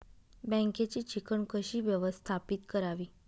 बँकेची चिकण कशी व्यवस्थापित करावी?